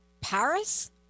Paris